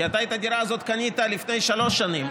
כי אתה את הדירה הזאת קנית לפני שלוש שנים.